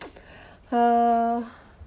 uh